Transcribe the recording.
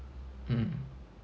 mm